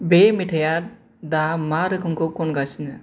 बे मेथाइया दा मा रोखोमखौ खनगासिनो